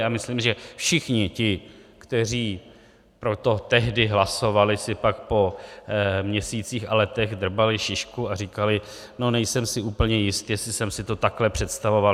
A myslím, že všichni ti, kteří pro to tehdy hlasovali, si pak po měsících a letech drbali šišku a říkali no, nejsem si úplně jist, jestli jsem si to takhle představoval.